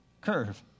curve